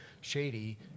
shady